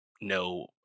no